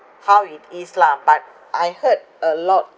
how it is lah but I heard a lot